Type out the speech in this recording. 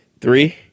Three